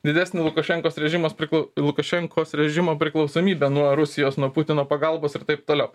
didesnį lukašenkos režimas priklau lukašenkos režimo priklausomybę nuo rusijos nuo putino pagalbos ir taip toliau